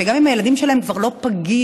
שגם אם הילדים שלהם כבר לא פגים,